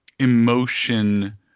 emotion